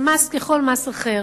זה מס ככל מס אחר,